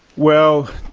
well,